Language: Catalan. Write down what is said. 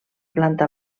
planta